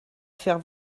faire